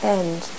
end